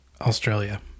Australia